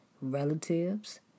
relatives